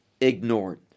ignored